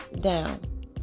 down